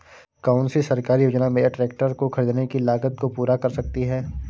कौन सी सरकारी योजना मेरे ट्रैक्टर को ख़रीदने की लागत को पूरा कर सकती है?